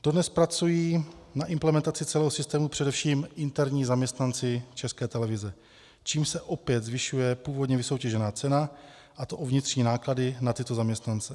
Dodnes pracují na implementaci celého systému především interní zaměstnanci České televize, čímž se opět zvyšuje původně vysoutěžená cena, a to o vnitřní náklady na tyto zaměstnance.